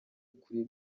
kuri